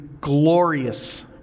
glorious